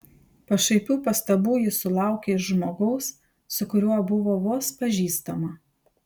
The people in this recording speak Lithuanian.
pašaipių pastabų ji sulaukė iš žmogaus su kuriuo buvo vos pažįstama